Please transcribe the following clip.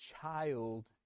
child